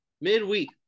midweek